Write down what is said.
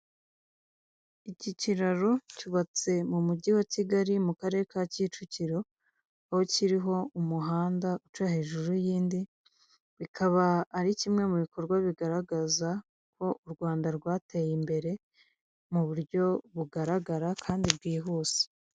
Iki kiraro cyubatse mu mujyi wa Kigaki mu karere ka Kicukiro, aho kiriho umuhanda uca hejuru y'indi, ikaba ari kimwe mubikorwa bigaragazako u Rwanda rwateye imbere muburyo bugaragara kandi bwihuse.